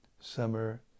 Summer